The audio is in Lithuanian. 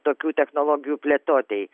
tokių technologijų plėtotei